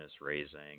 raising